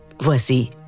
Voici «